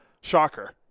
shocker